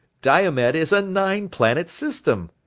diomed is a nine planet system.